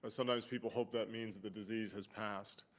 ah sometimes people hope that means the disease has passed.